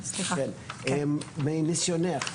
מניסיונך,